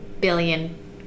billion